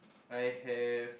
I have